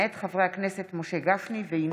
מאת חבר הכנסת יוסף ג'בארין,